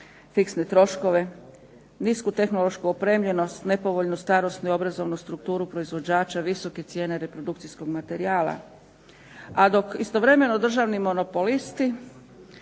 fiksne troškove, nisku tehnološku opremljenost, nepovoljnu starosnu i obrazovnu strukturu proizvođača, visoke cijene reprodukcijskog materijala. A dok istovremeno državni monopolisti